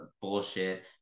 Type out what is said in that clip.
bullshit